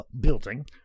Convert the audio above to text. building